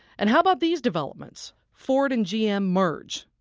and how about these developments ford and gm merge.